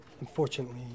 unfortunately